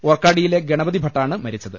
ഓർക്കാടിയിലെ ഗണപതി ഭട്ടാണ് മരിച്ചത്